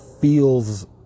feels